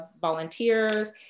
volunteers